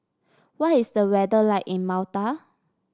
what is the weather like in Malta